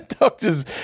Doctor's